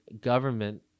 government